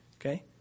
Okay